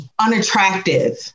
unattractive